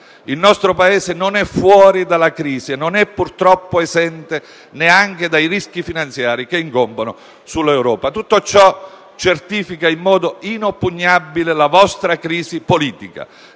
Il nostro Paese non è fuori dalla crisi e non è purtroppo esente neanche dai rischi finanziari che incombono sull'Europa. Tutto ciò certifica in modo inoppugnabile la vostra crisi politica